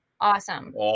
awesome